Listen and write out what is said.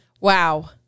Wow